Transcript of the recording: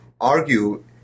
argue